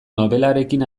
nobelarekin